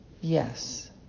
yes